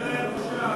אין להם בושה.